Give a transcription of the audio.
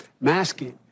masking